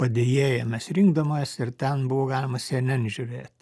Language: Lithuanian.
padėjėją mes rinkdavomės ir ten buvo galima cnn žiūrėt